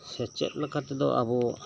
ᱥᱮᱪᱮᱫ ᱞᱮᱠᱟᱛᱮ ᱫᱚ ᱟᱵᱚ